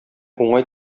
уңай